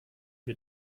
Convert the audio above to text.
wir